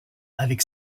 avec